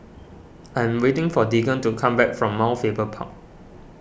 I'm waiting for Deegan to come back from Mount Faber Park